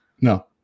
No